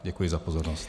Děkuji za pozornost.